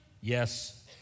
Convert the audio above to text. yes